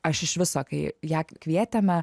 aš iš viso kai ją kvietėme